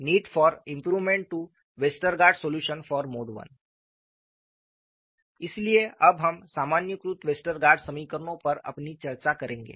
need for improvement to Westergaard solution for mode I इसलिए अब हम सामान्यीकृत वेस्टरगार्ड समीकरणों पर अपनी चर्चा करेंगे